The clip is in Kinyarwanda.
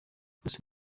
bruce